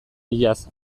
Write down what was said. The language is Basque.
iaz